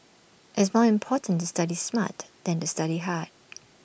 is more important to study smart than to study hard